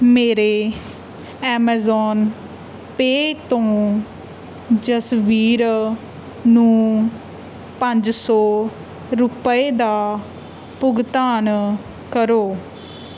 ਮੇਰੇ Amazon Pay ਤੋਂ ਜਸਬੀਰ ਨੂੰ ਪੰਜ ਸੌ ਰੁਪਏ ਦਾ ਭੁਗਤਾਨ ਕਰੋ